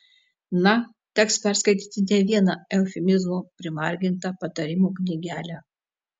na teks perskaityti ne vieną eufemizmų primargintą patarimų knygelę